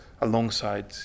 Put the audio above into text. alongside